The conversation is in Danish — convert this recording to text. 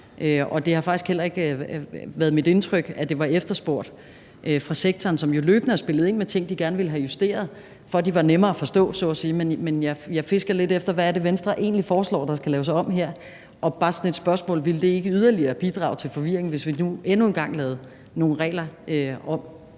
Og det har faktisk heller ikke været mit indtryk, at det var efterspurgt fra sektoren, som jo løbende har spillet ind med ting, de gerne ville have justeret, for at de var nemmere at forstå, så at sige. Men jeg fisker lidt efter, hvad det er, som Venstre egentlig foreslår at der skal laves om her. Og så bare et spørgsmål: Ville det ikke bidrage yderligere til forvirringen, hvis vi nu endnu en gang lavede nogle regler om?